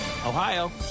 Ohio